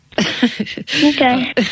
Okay